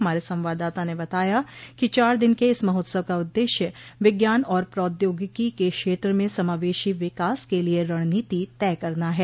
हमारे संवाददाता ने बताया कि चार दिन के इस महोत्सव का उददेश्य विज्ञान और प्रौद्यागिकी के क्षेत्र में समावेशी विकास के लिये रणनीति तय करना है